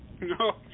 No